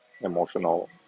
emotional